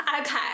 Okay